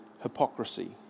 hypocrisy